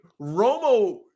Romo